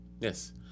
yes